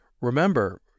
Remember